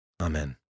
Amen